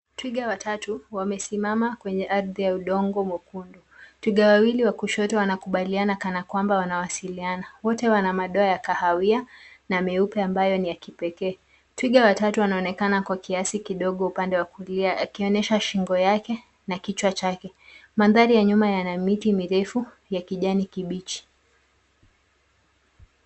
Twiga watatu wamesimama kwenye ardhi ya udongo mwekundu. Twiga wawili wa kushoto wanakubaliana kana kwamba wanawasiliana. Wote wana madoa ya kahawia na meupe ambayo ni ya kipekee. Twiga wa tatu anaonekana kwa kiasi kidogo upande wa kulia akionyesha shingo yake na kichwa chake. Mandhari ya nyuma yana miti mirefu ya kijani kibichi.